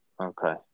Okay